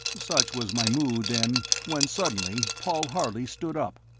such was my mood, then, when suddenly paul harley stood up.